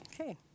Okay